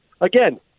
again